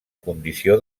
condició